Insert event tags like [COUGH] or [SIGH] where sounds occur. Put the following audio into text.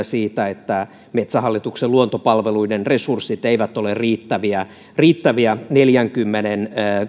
[UNINTELLIGIBLE] siitä että metsähallituksen luontopalveluiden resurssit eivät ole riittäviä riittäviä neljänkymmenen